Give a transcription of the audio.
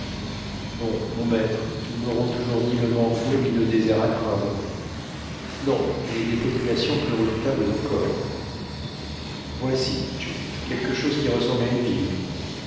bon mon maître nous n'aurons toujours ni le manque d'eau ni le désert à craindre non mais des populations plus redoutables encore voici dit joe quelque chose qui ressemble à une ville